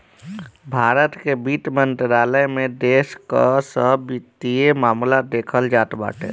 भारत के वित्त मंत्रालय में देश कअ सब वित्तीय मामला देखल जात बाटे